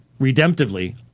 redemptively